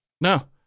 No